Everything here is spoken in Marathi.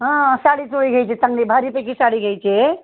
हा साडीचोळी घ्यायची चांगली भारीपैकी साडी घ्यायची आहे